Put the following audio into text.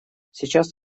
сейчас